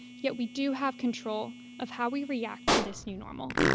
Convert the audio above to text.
yet we do have control of how we react to this new normal.